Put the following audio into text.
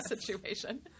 situation